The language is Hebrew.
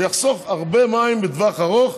זה יחסוך הרבה מים בטווח ארוך,